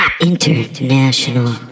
International